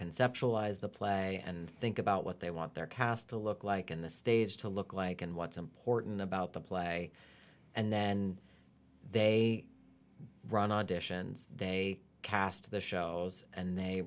conceptualize the play and think about what they want their cast to look like in the stage to look like and what's important about the play and then they run auditions they cast the shows and they